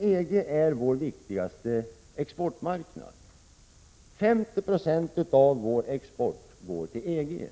EG är vår viktigaste exportmarknad. 50 96 av vår export går till EG.